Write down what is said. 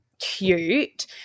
cute